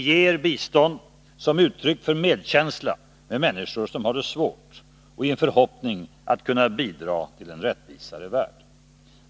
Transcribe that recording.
Vi ger bistånd som uttryck för medkänsla med människor som har det svårt och i en förhoppning om att kunna bidra till en rättvisare värld.